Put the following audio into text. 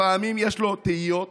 לפעמים יש לו תהיות,